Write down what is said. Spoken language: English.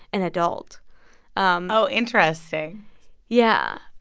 an adult um oh, interesting yeah.